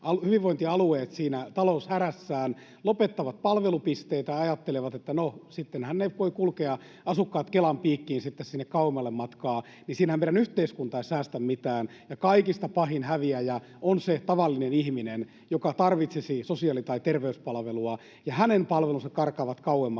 hyvinvointialueet siinä taloushädässään lopettavat palvelupisteet ja ajattelevat, että no, sittenhän ne asukkaat voivat kulkea Kelan piikkiin sinne kauemmalle matkaa, niin siinähän meidän yhteiskunta ei säästä mitään. Ja kaikista pahin häviäjä on se tavallinen ihminen, joka tarvitsisi sosiaali- tai terveyspalvelua, ja hänen palvelunsa karkaavat kauemmaksi,